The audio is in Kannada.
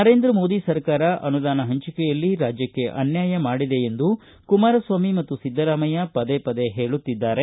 ನರೇಂದ್ರ ಮೋದಿ ಸರ್ಕಾರ ಅನುದಾನ ಪಂಚಿಕೆಯಲ್ಲಿ ರಾಜ್ಯಕ್ಷೆ ಅನ್ಹಾಯ ಮಾಡಿದೆ ಎಂದು ಕುಮಾರಸ್ವಾಮಿ ಮತ್ತು ಿದ್ದರಾಮಯ್ಯ ಪದೇ ಪದೇ ಹೇಳುತ್ತಿದ್ದಾರೆ